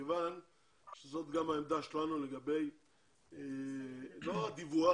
אתה --- כיוון שזאת גם העמדה שלנו לגבי לא דיווח,